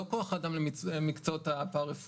לא כוח אדם למקצועות הפרה-רפואיים,